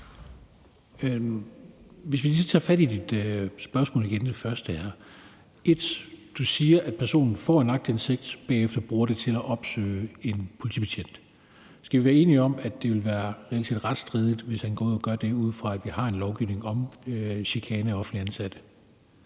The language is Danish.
Jeg tager lige fat i dit første spørgsmål. Du siger, at personen får aktindsigt og bagefter bruger den til at opsøge en politibetjent. Kan vi være enige om, at det ville være retsstridigt, hvis han går ud og gør det, ud fra, at vi har en lovgivning om chikane af offentligt ansatte?